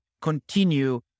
continue